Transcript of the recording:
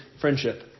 friendship